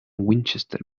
winchester